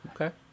Okay